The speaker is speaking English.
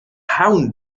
hound